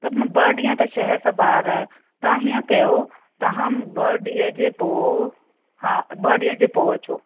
त मां ॿ ॾींहं त शहर सां ॿाहिरि आहियां तव्हां हीअं कयो तव्हां ॿ ॾींहं जे पोइ हा ॿ ॾींहं जे पोइ अचो